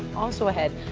also ahead,